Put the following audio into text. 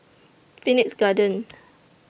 Phoenix Garden